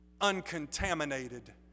uncontaminated